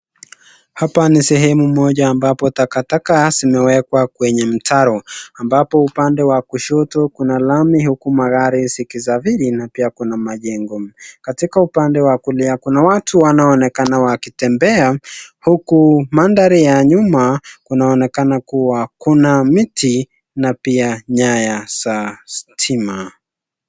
Hapa ni sehemu moja ambapo takataka zimewekwa kwenye mtaro. Ambapo upande wa kushoto kuna lami huku magari zikisafiri na pia kuna majengo. Katika upande wa kulia kuna watu wanao onekana wakitembea huku maandhari ya nyuma kunaonekana kua, kuna miti na pia nyaya za stima.